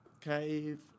Cave